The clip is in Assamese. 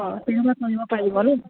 অঁ তেনেকুৱা কৰিব পাৰিব ন